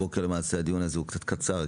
הבוקר הדיון הזה הוא קצת קצר,